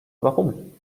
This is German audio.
warum